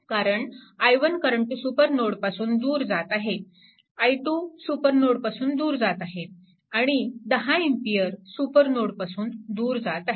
कारण i1 current सुपरनोडपासून दूर जात आहे i2 सुपरनोडपासून दूर जात आहे आणि 10A सुपरनोडपासून दूर जात आहे